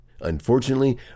unfortunately